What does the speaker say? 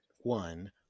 one